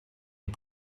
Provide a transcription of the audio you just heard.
les